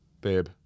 Babe